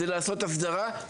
הוא לעשות הסדרה.